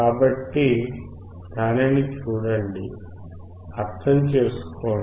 కాబట్టి దానిని చూడండి అర్థం చేసుకోండి